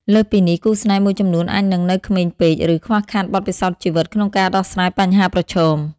លើសពីនេះ គូស្នេហ៍មួយចំនួនអាចនឹងនៅក្មេងពេក ឬ ខ្វះខាតបទពិសោធន៍ជីវិត ក្នុងការដោះស្រាយបញ្ហាប្រឈម។